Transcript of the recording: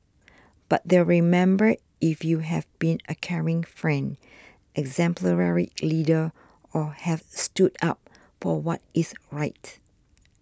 but they'll remember if you have been a caring friend exemplary leader or have stood up for what is right